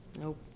nope